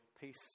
peace